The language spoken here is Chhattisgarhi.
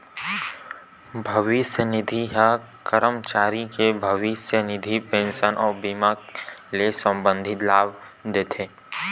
भविस्य निधि ह करमचारी के भविस्य निधि, पेंसन अउ बीमा ले संबंधित लाभ देथे